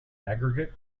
aggregate